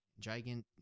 gigant